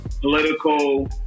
political